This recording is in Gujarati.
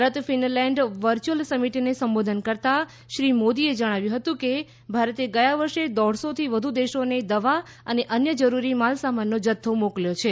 ભારત ફિનલેંડ વર્ચ્યુયલ સમિટને સંબોધન કરતાં શ્રી મોદીએ જણાવ્યું હતું કે ભારતે ગયા વર્ષે દોઢસોથી વધુ દેશોને દવા અને અન્ય જરૂરી માલસામાનનો જથ્થો મોકલ્યો છે